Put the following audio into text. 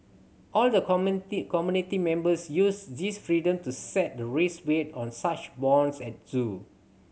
all the committee community members use this freedom to set the risk weight on such bonds at zoo